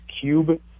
Cube